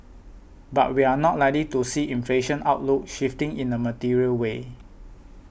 but we are not likely to see inflation outlook shifting in a material way